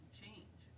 change